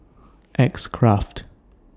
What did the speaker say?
X Craft